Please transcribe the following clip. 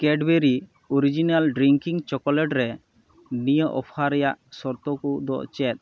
Cadbury original drinking chocolate ᱨᱮ ᱱᱤᱭᱟᱹ offer ᱨᱮᱭᱟᱜ ᱥᱚᱨᱛᱚ ᱠᱚᱫᱚ ᱪᱮᱫ